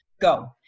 go